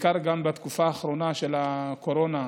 בעיקר גם בתקופה האחרונה, של הקורונה.